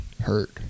hurt